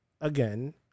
again